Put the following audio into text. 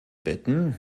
bitten